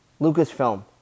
Lucasfilm